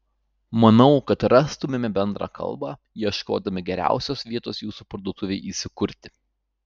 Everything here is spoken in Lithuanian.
manau kad rastumėme bendrą kalbą ieškodami geriausios vietos jūsų parduotuvei įsikurti